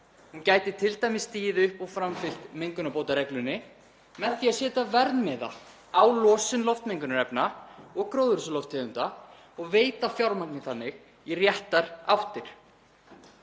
Hún gæti t.d. stigið upp og framfylgt mengunarbótareglunni með því að setja verðmiða á losun loftmengunarefna og gróðurhúsalofttegunda og veita fjármögnun þannig í réttar áttir.